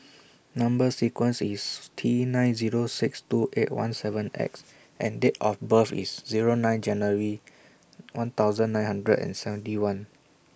Number sequence IS T nine Zero six two eight one seven X and Date of birth IS Zero nine January one thousand nine hundred and seventy one